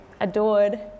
adored